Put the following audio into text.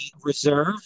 reserve